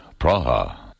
Praha